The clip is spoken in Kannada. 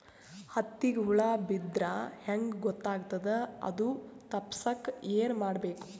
ಹತ್ತಿಗ ಹುಳ ಬಿದ್ದ್ರಾ ಹೆಂಗ್ ಗೊತ್ತಾಗ್ತದ ಅದು ತಪ್ಪಸಕ್ಕ್ ಏನ್ ಮಾಡಬೇಕು?